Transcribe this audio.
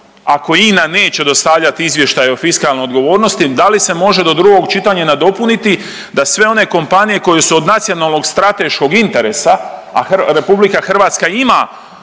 ako INA neće dostavljati izvještaj o fiskalnoj odgovornosti, da li može do drugog čitanja nadopuniti da sve one kompanije koje su nacionalnog strateškog interesa, a RH ima u njima